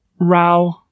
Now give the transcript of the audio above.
row